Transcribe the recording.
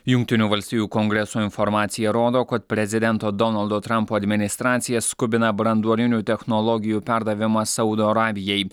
jungtinių valstijų kongreso informacija rodo kad prezidento donaldo trampo administracija skubina branduolinių technologijų perdavimą saudo arabijai